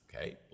Okay